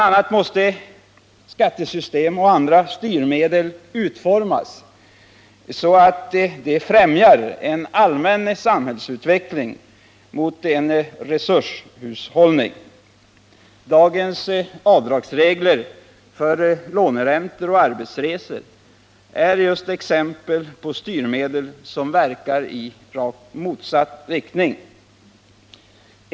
a. måste skattesystem och andra styrmedel utformas så, att de främjar en allmän samhällsutveckling mot resurshållning. Dagens avdragsregler för låneräntor och arbetsresor är exempel på styrmedel som verkar i rakt motsatt riktning.